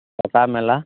থকা মেলা